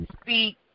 speak